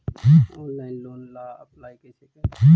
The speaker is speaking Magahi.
ऑनलाइन लोन ला अप्लाई कैसे करी?